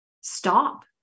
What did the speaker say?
stop